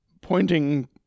pointing